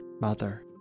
mother